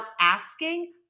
asking